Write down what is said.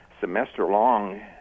semester-long